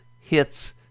hits